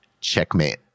checkmate